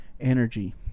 Energy